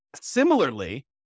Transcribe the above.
Similarly